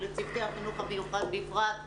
ולצוותי החינוך המיוחד בפרט,